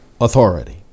authority